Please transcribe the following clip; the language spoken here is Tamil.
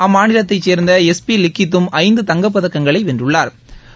அம்மாநிலத்தைச் சேர்ந்த எஸ் பி லிக்கித்தும் ஐந்து தங்கப்பதக்கங்களை வென்றுள்ளாா்